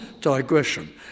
digression